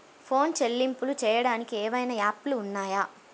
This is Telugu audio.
ఫోన్ చెల్లింపులు చెయ్యటానికి ఏవైనా యాప్లు ఉన్నాయా?